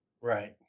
Right